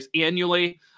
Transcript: annually